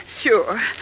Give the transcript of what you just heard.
Sure